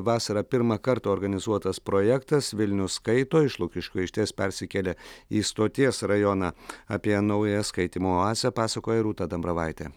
vasarą pirmą kartą organizuotas projektas vilnius skaito iš lukiškių aikštės persikėlė į stoties rajoną apie naują skaitymo oasę pasakoja rūta dambravaitė